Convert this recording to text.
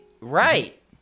right